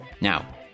Now